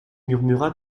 murmura